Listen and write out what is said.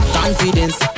confidence